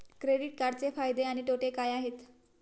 Credit कार्डचे फायदे आणि तोटे काय आहेत?